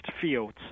fields